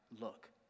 look